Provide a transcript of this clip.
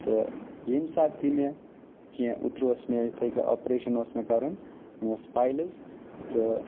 تہٕ ییٚمہِ ساتہٕ تہِ مےٚ کیٚنٛہہ اوترٕ اوس مےٚ یِتھٕے کٔنۍ آپریشن اوس مےٚ کَرُن مےٚ ٲس پیلز تہٕ